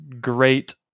great